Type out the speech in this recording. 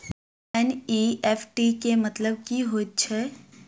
NEFT केँ मतलब की हएत छै?